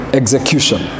execution